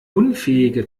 unfähige